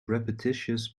repetitious